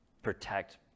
protect